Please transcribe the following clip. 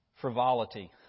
frivolity